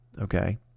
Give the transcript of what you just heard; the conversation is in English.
Okay